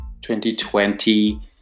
2020